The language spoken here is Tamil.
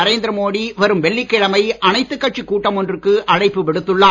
நரேந்திர மோடி வரும் வெள்ளிக்கிழமை அனைத்துக் கட்சி கூட்டம் ஒன்றுக்கு அழைப்பு விடுத்துள்ளார்